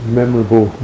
memorable